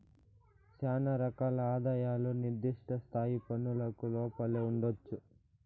శానా రకాల ఆదాయాలు నిర్దిష్ట స్థాయి పన్నులకు లోపలే ఉండొచ్చు